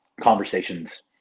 conversations